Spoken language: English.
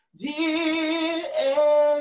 dear